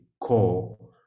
call